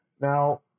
Now